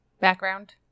Background